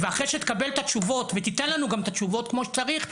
אחרי שתקבל את התשובות ותיתן לנו את התשובות כמו שצריך,